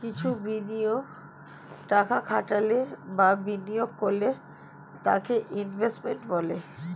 কিছু বিষয় টাকা খাটালে বা বিনিয়োগ করলে তাকে ইনভেস্টমেন্ট বলে